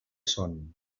son